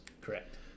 Correct